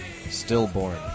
Stillborn